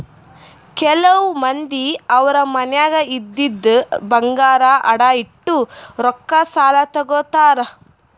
ಕೆಲವ್ ಮಂದಿ ಅವ್ರ್ ಮನ್ಯಾಗ್ ಇದ್ದಿದ್ ಬಂಗಾರ್ ಅಡ ಇಟ್ಟು ರೊಕ್ಕಾ ಸಾಲ ತಗೋತಾರ್